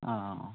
ആ അ ആ